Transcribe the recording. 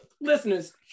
Listeners